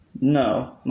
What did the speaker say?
no